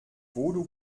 voodoo